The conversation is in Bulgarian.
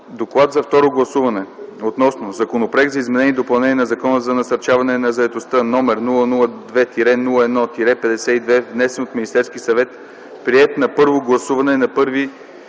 „Доклад за второ гласуване относно Законопроект за изменение и допълнение на Закона за насърчаване на заетостта, № 002-01-52, внесен от Министерски съвет, приет на първо гласуване на 1 юли